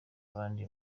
abandi